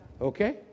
okay